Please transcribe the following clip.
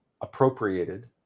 appropriated